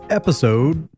episode